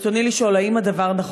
ברצוני לשאול: 1. האם נכון הדבר?